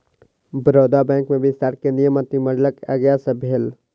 Baroda bank में विस्तार केंद्रीय मंत्रिमंडलक आज्ञा सँ भेल